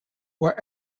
were